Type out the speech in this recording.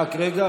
רק רגע,